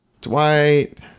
Dwight